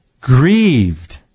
grieved